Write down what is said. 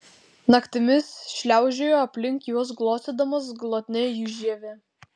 naktimis šliaužiojo aplink juos glostydamas glotnią jų žievę